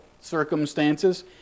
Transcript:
circumstances